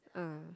ah